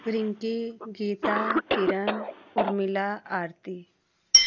Rinki Geeta Kiran Urmila Aarti